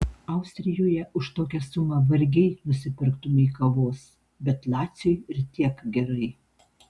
austrijoje už tokią sumą vargiai nusipirktumei kavos bet laciui ir tiek gerai